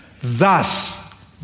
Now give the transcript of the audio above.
Thus